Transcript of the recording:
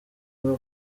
muri